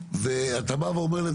ואתה בא ואומר להם,